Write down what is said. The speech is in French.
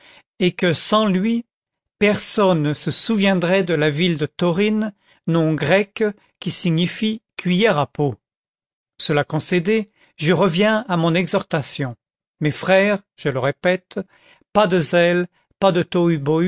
et que sans lui personne ne se souviendrait de la ville de toryne nom grec qui signifie cuiller à pot cela concédé je reviens à mon exhortation mes frères je le répète pas de zèle pas de